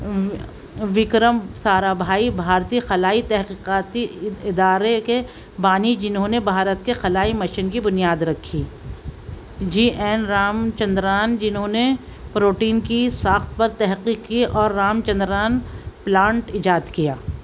Vikram Sarabhai بھارتی خلائی تحقیقاتی ادارے کے بانی جنہوں نے بھارت کے خلائی مشین کی بنیاد رکھی جی این رام چندران جنہوں نے پروٹین کی ساخت پر تحقیق کی اور رام چندران پلانٹ ایجاد کیا